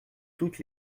toutes